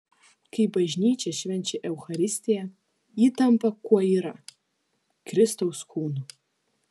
kai bažnyčia švenčia eucharistiją ji tampa kuo yra kristaus kūnu